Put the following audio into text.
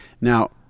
now